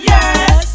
Yes